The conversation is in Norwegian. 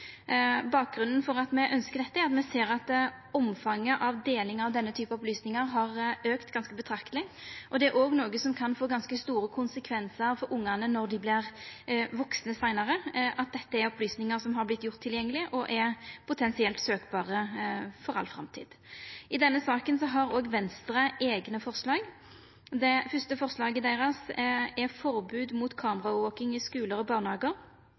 Bakgrunnen for at me ønskjer dette, er at me ser at omfanget av deling av denne typen opplysningar har auka ganske betrakteleg. Det er òg noko som kan få ganske store konsekvensar for barna når dei seinare vert vaksne, at opplysningar er gjorde tilgjengelege og potensielt er søkbare for all framtid. I denne saka har Venstre òg eigne forslag. Det første forslaget deira er eit forbod mot kameraovervaking på skular og i barnehagar.